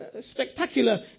spectacular